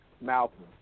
Malcolm